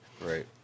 Right